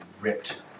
ripped